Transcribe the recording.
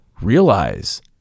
realize